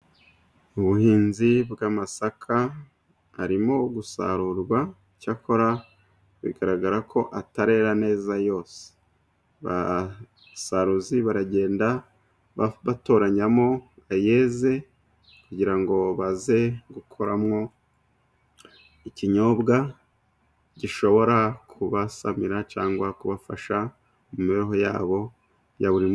Ubuhinzi bw'amasaka arimo gusarurwa, cyakora bigaragara ko atarera neza yose, abasaruzi baragenda batoranyamo ayeze , kugira ngo baze gukuramo ikinyobwa gishobora kubasamira cyangwa kubafasha mu mibereho yabo ya buri munsi.